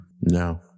No